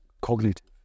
cognitive